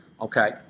Okay